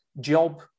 job